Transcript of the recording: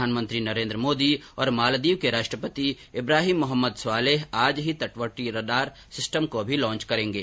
प्रधानमंत्री नरेन्द्र मोदी और मालदीव के राष्ट्रपति इब्राहिम मोहम्मद स्वालेह आज ही तटवर्ती रडार सिस्टम लॉच करेंगे